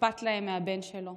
שאכפת להם מהבן שלו.